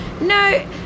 no